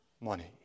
money